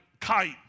kite